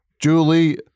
Julie